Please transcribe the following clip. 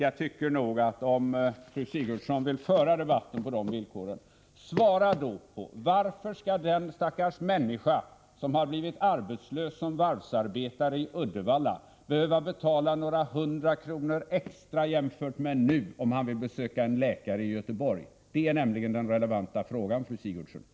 Jag tycker att om fru Sigurdsen vill föra debatten på de villkoren, skall hon svara på frågan: Varför skall den stackars människa som har blivit arbetslös i egenskap av varvsarbetare i Uddevalla behöva betala några hundra kronor extra, jämfört med vad han betalar i dag, om han vill besöka en läkare i Göteborg? Det är nämligen den relevanta frågan, fru Sigurdsen.